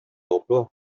emploi